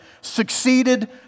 succeeded